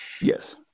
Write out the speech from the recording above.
Yes